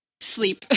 sleep